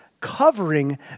covering